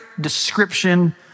description